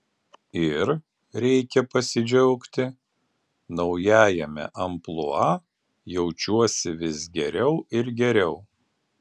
ir reikia pasidžiaugti naujajame amplua jaučiuosi vis geriau ir geriau